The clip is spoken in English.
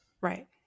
Right